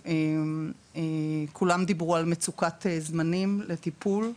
כולם דיברו על מצוקת זמנים לטיפול.